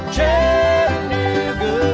Chattanooga